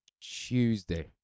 Tuesday